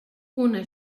una